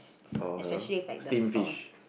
oh that one steam fish